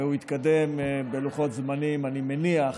והוא יתקדם בלוחות זמנים מהירים, אני מניח.